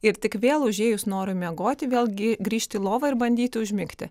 ir tik vėl užėjus norui miegoti vėlgi grįžti į lovą ir bandyti užmigti